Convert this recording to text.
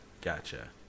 Gotcha